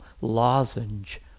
lozenge